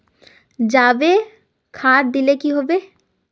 जाबे खाद दिले की होबे?